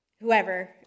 whoever